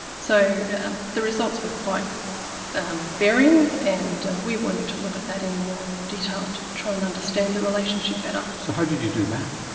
so the results were quite um varying, and we wanted to look at that in more detail to try and understand the relationship better. so how did you do that?